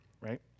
right